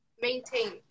maintain